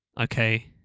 okay